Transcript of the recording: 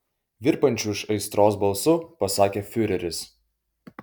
virpančiu iš aistros balsu pasakė fiureris